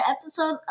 episode